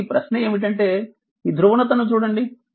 కాబట్టి ప్రశ్న ఏమిటంటే ధ్రువణతను చూడండి